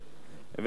כמובן,